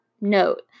note